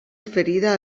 ferida